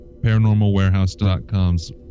paranormalwarehouse.com's